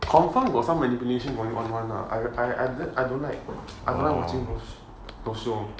confirm got some manipulation going on one lah I I I don't like I'm don't like watching those show